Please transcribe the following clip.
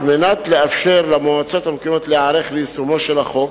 על מנת לאפשר למועצות המקומיות להיערך ליישומו של החוק,